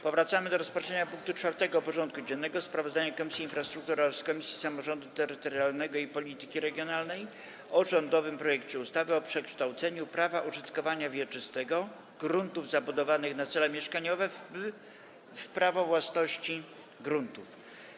Powracamy do rozpatrzenia punktu 4. porządku dziennego: Sprawozdanie Komisji Infrastruktury oraz Komisji Samorządu Terytorialnego i Polityki Regionalnej o rządowym projekcie ustawy o przekształceniu prawa użytkowania wieczystego gruntów zabudowanych na cele mieszkaniowe w prawo własności gruntów.